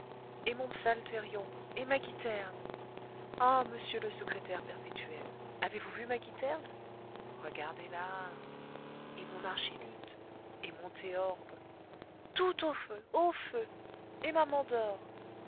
et mon psaltérion et ma guiterne ah monsieur le secrétaire perpétuel avez-vous vu ma guiterne regardez-la et mon archiluth et mon théorbe tout au feu au feu et ma